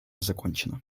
закончена